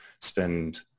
spend